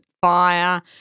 fire